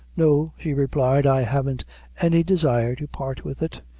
no, she replied, i haven't any desire to part with it.